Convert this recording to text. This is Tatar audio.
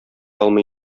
алмый